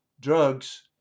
drugs